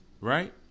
Right